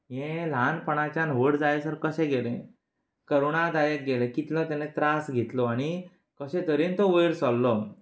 हें ल्हानपणाच्यान व्हड जायसर कशें गेलें कोरोना जालें तेन्ना कितलो ताणें त्रास घेतलो आनी कशें तरेन तो वयर सरलो